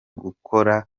gukora